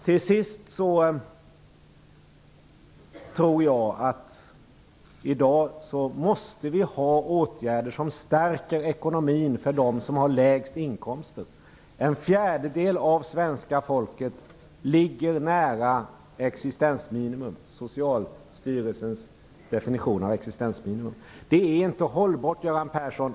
Till sist vill jag säga att jag tror att vi i dag måste vidta åtgärder som stärker ekonomin för dem som har lägst inkomster. En fjärdedel av svenska folket ligger nära Socialstyrelsens definition av existensminimum. Det är inte hållbart, Göran Persson.